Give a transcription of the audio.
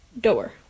door